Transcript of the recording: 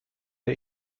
der